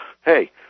Hey